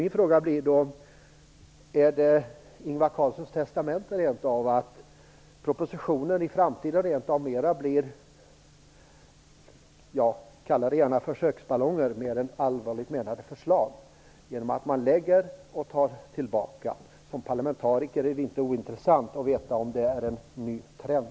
Min fråga är om det rent av blir Ingvar Carlssons testamente att propositioner i framtiden blir mer av försöksballonger - kalla det gärna så - och mindre av allvarligt menade förslag, genom att de först läggs fram och sedan tas tillbaka. För oss parlamentariker är det inte ointressant att veta huruvida detta är en ny trend.